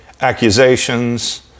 accusations